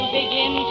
begin